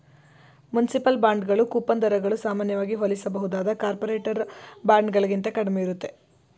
municipal ಬಾಂಡ್ಗಳು coupon ದರಗಳು ಸಾಮಾನ್ಯವಾಗಿ ಹೋಲಿಸಬಹುದಾದ ಕಾರ್ಪೊರೇಟರ್ ಬಾಂಡ್ಗಳಿಗಿಂತ ಕಡಿಮೆ ಇರುತ್ತೆ